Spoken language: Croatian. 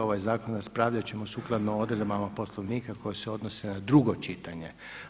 Ovaj zakon raspravljat ćemo sukladno odredbama Poslovnika koje se odnose na drugo čitanje.